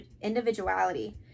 individuality